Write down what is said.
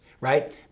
right